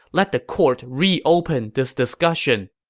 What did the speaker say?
let the court reopen this discussion!